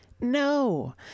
No